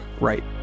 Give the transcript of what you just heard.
right